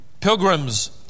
Pilgrim's